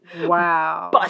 Wow